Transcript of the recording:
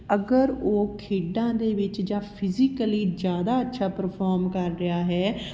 ਅਗਰ ਉਹ ਖੇਡਾਂ ਦੇ ਵਿੱਚ ਜਾਂ ਫਿਜ਼ੀਕਲੀ ਜ਼ਿਆਦਾ ਅੱਛਾ ਪਰਫੋਮ ਕਰ ਰਿਹਾ ਹੈ